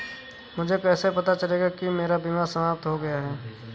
मुझे कैसे पता चलेगा कि मेरा बीमा समाप्त हो गया है?